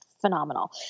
phenomenal